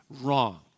wrong